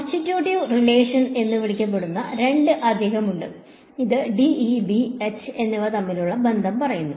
constitutive relation എന്ന് വിളിക്കപ്പെടുന്ന രണ്ട് അധികമുണ്ട് അത് D E B H എന്നിവ തമ്മിലുള്ള ബന്ധം പറയുന്നു